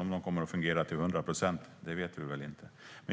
Om de kommer att fungera till hundra procent vet vi inte. Det